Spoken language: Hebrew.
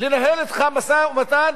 לנהל אתך משא-ומתן